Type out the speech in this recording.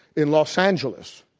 in los angeles,